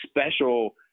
special